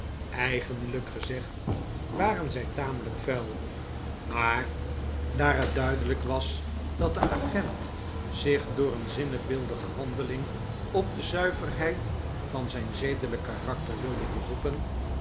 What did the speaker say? eigenlijk gezegd waren zij tamelijk vuil maar daar het duidelijk was dat de agent zich door een zinnebeeldige handeling op de zuiverheid van zijn zedelijke karakter wilde beroepen